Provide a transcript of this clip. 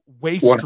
waste